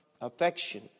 affection